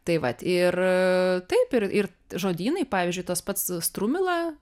tai vat ir taip ir ir žodynai pavyzdžiui tas pats strumila